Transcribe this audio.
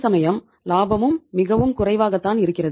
அதேசமயம் லாபமும் மிகவும் குறைவாகத்தான் இருக்கும்